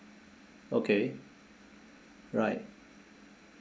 okay right